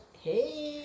Hey